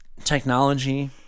technology